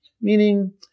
meaning